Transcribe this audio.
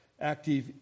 active